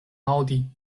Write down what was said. aŭdi